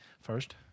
first